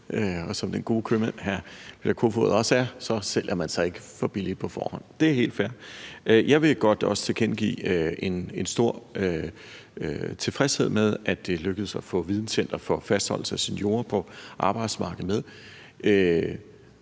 Og som den gode købmand, hr. Peter Kofod også er, sælger man sig ikke for billigt på forhånd. Det er helt fair. Jeg vil også godt tilkendegive en stor tilfredshed med, at det lykkedes at få videncenter for fastholdelse af seniorer på arbejdsmarkedet med,